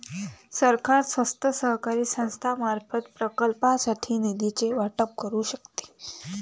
सरकार स्वतः, सरकारी संस्थांमार्फत, प्रकल्पांसाठी निधीचे वाटप करू शकते